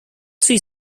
three